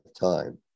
time